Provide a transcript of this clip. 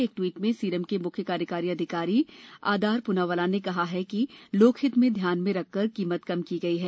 एक ट्वीट में सीरम के मुख्य कार्यकारी अधिकारी आदार पुनावाला ने कहा कि लोकहित को ध्यान में रखकर कीमत कम की गई है